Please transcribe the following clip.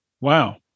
wow